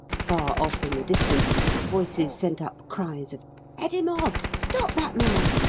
far off in the distance voices sent up cries of head him off! stop that man!